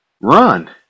run